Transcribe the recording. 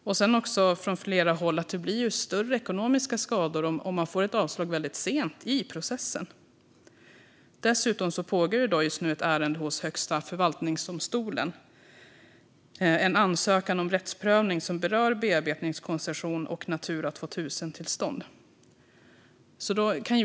Vi hör också från flera håll att det blir större ekonomiska skador om man får ett avslag väldigt sent i processen. Dessutom pågår just nu ett ärende hos Högsta förvaltningsdomstolen, en ansökan om rättsprövning som berör bearbetningskoncession och Natura 2000-tillstånd.